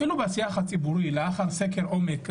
אפילו בשיח הציבורי לאחר סקר עומק רציני,